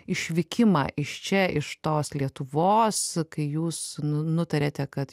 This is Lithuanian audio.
išvykimą iš čia iš tos lietuvos kai jūs nu nutarėte kad